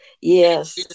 Yes